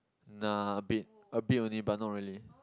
nah bit a bit only but not really